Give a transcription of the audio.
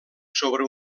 sobre